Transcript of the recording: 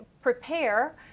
prepare